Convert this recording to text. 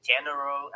general